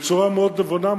בצורה מאוד נבונה,